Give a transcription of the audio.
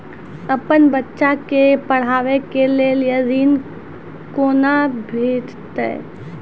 अपन बच्चा के पढाबै के लेल ऋण कुना भेंटते?